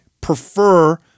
prefer